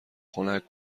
خنک